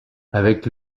avec